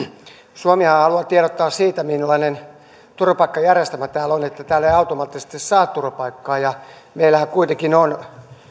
suomihan haluaa tiedottaa siitä millainen turvapaikkajärjestelmä täällä on että täältä ei automaattisesti saa turvapaikkaa meillähän kuitenkin on